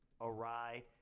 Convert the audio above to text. awry